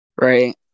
Right